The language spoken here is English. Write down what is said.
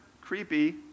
creepy